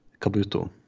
Kabuto